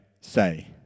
say